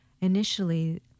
Initially